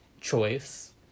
choice